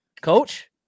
Coach